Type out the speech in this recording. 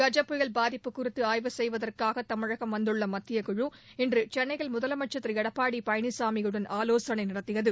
கஜ புயல் பாதிப்பு குறித்து ஆய்வு செய்வதற்காக தமிழகம் வந்துள்ள மத்தியக்குழு இன்று சென்னையில் முதலமைச்சா் திரு எடப்பாடி பழனிசாமியுடன் ஆலோசனை நடத்தியது